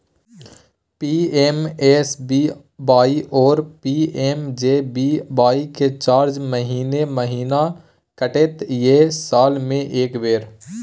PMSBY आरो PMJBY के charge महीने महीना कटते या साल म एक बेर?